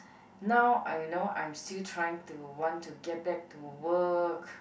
now I know I'm still trying to want to get back to work